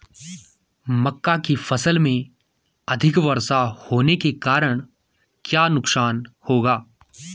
मक्का की फसल में अधिक वर्षा होने के कारण क्या नुकसान होगा?